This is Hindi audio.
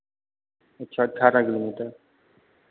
अच्छा अठारह किलोमीटर